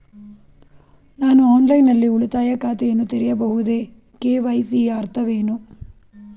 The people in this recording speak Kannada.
ನಾನು ಆನ್ಲೈನ್ ನಲ್ಲಿ ಉಳಿತಾಯ ಖಾತೆಯನ್ನು ತೆರೆಯಬಹುದೇ? ಕೆ.ವೈ.ಸಿ ಯ ಅರ್ಥವೇನು?